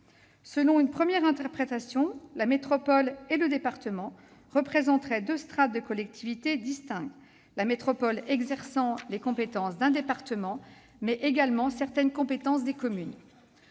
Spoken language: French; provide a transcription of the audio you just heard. Selon une première interprétation, la métropole et le département représenteraient deux strates de collectivités distinctes, la métropole exerçant les compétences d'un département, mais également certaines compétences des communes.